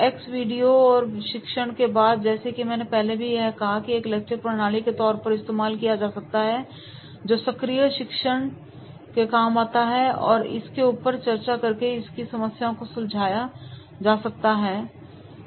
x video शिक्षण के बाद जैसे कि मैंने पहले भी कहा यह एक लेक्चर प्रणाली के तौर पर इस्तेमाल किया जा सकता है जो सक्रिय शिक्षण के काम आता है और अब इसके ऊपर चर्चा करके और इसकी समस्याओं को सुलझा कर हमें यह देखना है की ड्राइवर कैसे इसको अपनाते हैं